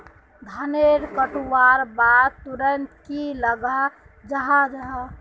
धानेर कटवार बाद तुरंत की लगा जाहा जाहा?